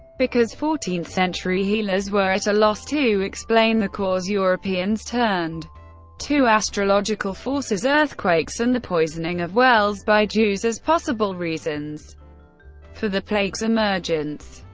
because fourteenth century healers were at a loss to explain the cause, europeans turned to astrological forces, earthquakes, and the poisoning of wells by jews as possible reasons for the plague's emergence.